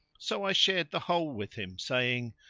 so i shared the whole with him saying,